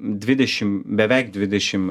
dvidešim beveik dvidešim